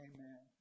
Amen